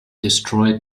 destroyed